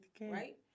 Right